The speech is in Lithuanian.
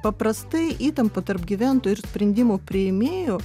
paprastai įtampa tarp gyventojų ir sprendimų priėmėjų